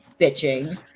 bitching